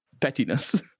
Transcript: pettiness